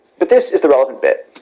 but this is the relevant bit.